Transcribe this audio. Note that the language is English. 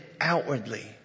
outwardly